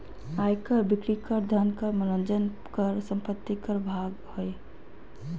आय कर, बिक्री कर, धन कर, मनोरंजन कर, संपत्ति कर भाग हइ